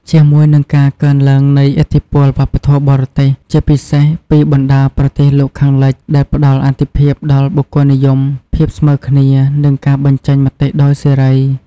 ជាមួយនឹងការកើនឡើងនៃឥទ្ធិពលវប្បធម៌បរទេស ជាពិសេសពីបណ្ដាប្រទេសលោកខាងលិច ដែលផ្ដល់អាទិភាពដល់បុគ្គលនិយម ភាពស្មើគ្នា និងការបញ្ចេញមតិដោយសេរី។